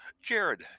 Jared